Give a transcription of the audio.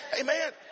Amen